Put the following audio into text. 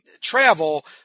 travel